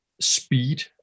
speed